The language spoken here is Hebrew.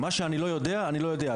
מה שאני לא יודע אני לא יודע.